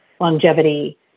longevity